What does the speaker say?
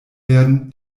werden